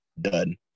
Done